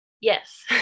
Yes